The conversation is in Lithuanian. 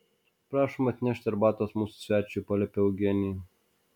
prašom atnešti arbatos mūsų svečiui paliepė eugenija